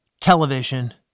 television